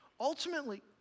ultimately